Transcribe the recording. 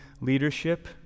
leadership